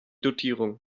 dotierung